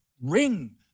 ring